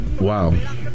wow